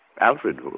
Alfred